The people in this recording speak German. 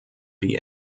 die